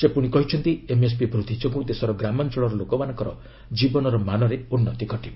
ସେ ପୁଣି କହିଛନ୍ତି ଏମ୍ଏସ୍ପି ବୃଦ୍ଧି ଯୋଗୁଁ ଦେଶର ଗ୍ରାମାଞ୍ଚଳର ଲୋକମାନଙ୍କର ଜୀବନ ମାନରେ ଉନ୍ନତି ଘଟିବ